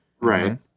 Right